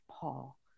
Paul